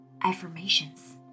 affirmations